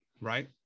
right